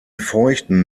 feuchten